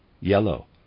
yellow